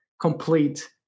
complete